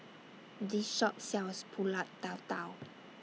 This Shop sells Pulut Tatal